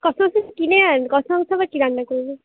কষা মাংস কিনে আন কষা মাংস আবার কি রান্না করব